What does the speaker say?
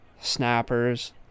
Snappers